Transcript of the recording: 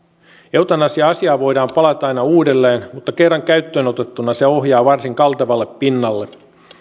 eutanasia asiaan voidaan palata aina uudelleen mutta kerran käyttöön otettuna se ohjaa varsin kaltevalle pinnalle